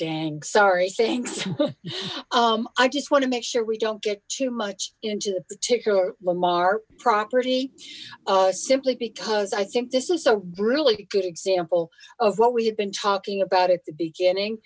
dang sorry thanks i just want to make sure we don't get too much into the particular mama property simply because i think this is a really good example of what we have been talking about at the beginning